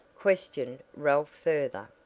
questioned ralph further.